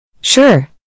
Sure